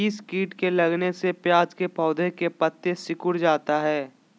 किस किट के लगने से प्याज के पौधे के पत्ते सिकुड़ जाता है?